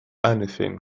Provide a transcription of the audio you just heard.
anything